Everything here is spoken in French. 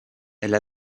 elle